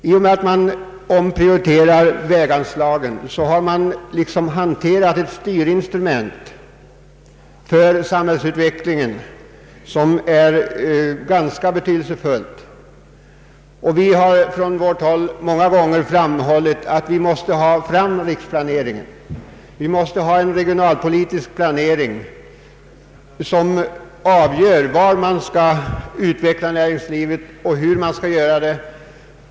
I och med att man omprioriterar väganslagen har man hanterat ett styrinstrument för samhällsutvecklingen som är ganska betydelsefullt. Vi har från vårt håll många gånger framhållit att man måste få fram riksplaneringen, man måste ha en regionalpolitisk planering som avgör var man skall utveckla näringslivet och hur man skall göra det.